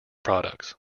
products